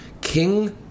King